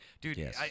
dude